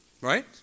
Right